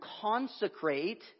consecrate